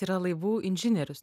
yra laivų inžinierius